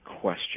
question